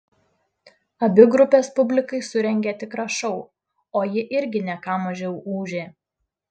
abi grupės publikai surengė tikrą šou o ji irgi ne ką mažiau ūžė